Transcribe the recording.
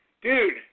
dude